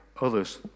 others